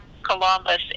Columbus